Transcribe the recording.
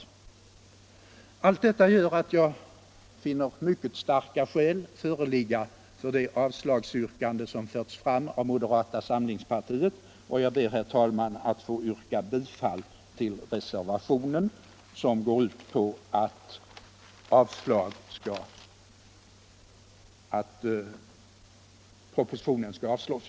Allt detta gör att jag finner mycket starka skäl föreligga för det avslagsyrkande som förts fram av moderata samlingspartiet. Jag ber, herr talman, att få yrka bifall till reservationen, som går ut på att propositionen skall avslås.